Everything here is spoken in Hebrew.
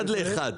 אחד לאחד.